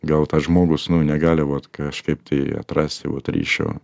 gal tas žmogus nu negali vot kažkaip tai atrasti vot ryšio